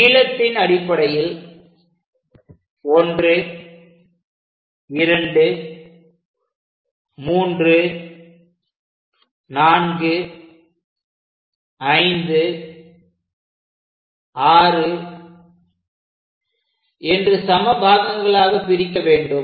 நீளத்தின் அடிப்படையில் 123456 என்று சம பாகங்களாகப் பிரிக்க வேண்டும்